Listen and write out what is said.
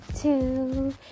Two